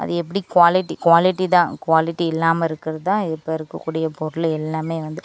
அது எப்படி quality quality தான் க்வாலிட்டி இல்லாமல் இருக்கிறது தான் இப்போ இருக்கக்கூடிய பொருள் எல்லாமே வந்து